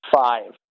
five